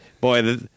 boy